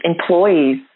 employees